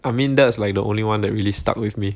I mean that's like the only one that really stuck with me